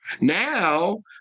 Now